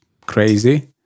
crazy